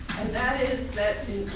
and that is that